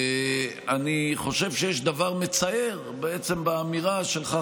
אני חושב שיש דבר מצער באמירה שלך,